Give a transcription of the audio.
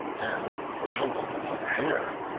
and pouncing upon a hare,